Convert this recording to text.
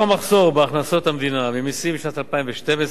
המחסור בהכנסות המדינה ממסים בשנת 2012,